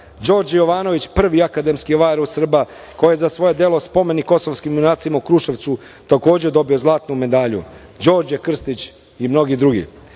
Đorđe Jovanović, prvi akademski vajar u Srba, a koji je za svoje delo Spomenik kosovskim junacima u Kruševcu, takođe, dobio zlatnu medalju, Đorđe Krstić i mnogi drugi. Jasno